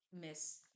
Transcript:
miss